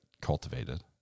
cultivated